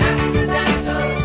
Accidental